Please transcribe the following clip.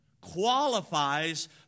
qualifies